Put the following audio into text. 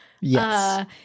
Yes